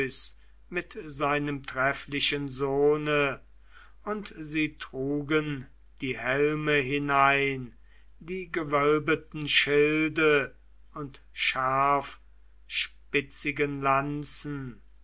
mit seinem trefflichen sohne und sie trugen die helme hinein die gewölbeten schilde und scharfspitzigen lanzen